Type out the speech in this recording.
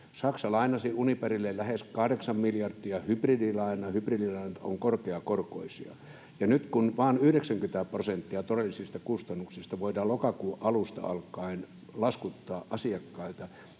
Saksa lainasi Uniperille lähes kahdeksan miljardia hybridilainaa. Hybridilainat ovat korkeakorkoisia. Nyt kun vain 90 prosenttia todellisista kustannuksista voidaan lokakuun alusta alkaen laskuttaa asiakkailta,